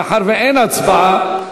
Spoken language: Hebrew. מאחר שאין הצבעה,